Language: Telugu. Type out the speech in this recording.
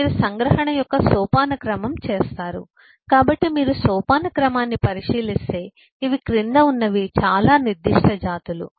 మీరు సంగ్రహణ యొక్క సోపానక్రమం చేస్తారు కాబట్టి మీరు సోపానక్రమాన్ని పరిశీలిస్తే ఇవి క్రింద ఉన్నవి చాలా నిర్దిష్ట జాతులు